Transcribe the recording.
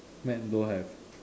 man don't want have